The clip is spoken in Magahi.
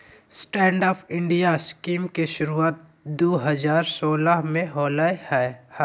स्टैंडअप इंडिया स्कीम के शुरुआत दू हज़ार सोलह में होलय हल